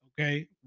Okay